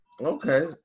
Okay